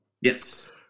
yes